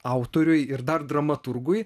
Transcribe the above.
autoriui ir dar dramaturgui